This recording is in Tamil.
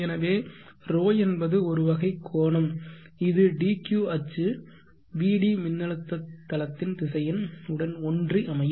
எனவே ρ என்பது ஒரு வகை கோணம் இது dq அச்சு vd மின்னழுத்த தளத்தின் திசையன் உடன் ஒன்றி அமையும்